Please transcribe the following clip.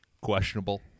questionable